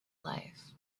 life